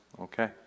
okay